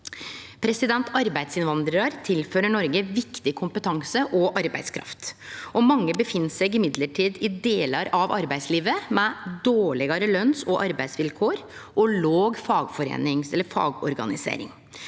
Arbeidsinnvandrarar tilfører Noreg viktig kompetanse og arbeidskraft. Mange jobbar likevel i delar av arbeidslivet som har dårlegare løns- og arbeidsvilkår og låg fagorganisering.